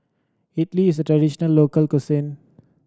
Idly is a traditional local cuisine